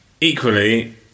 Equally